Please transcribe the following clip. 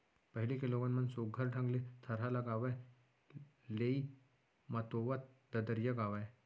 पहिली के लोगन मन सुग्घर ढंग ले थरहा लगावय, लेइ मतोवत ददरिया गावयँ